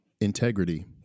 integrity